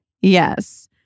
Yes